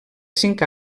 cinc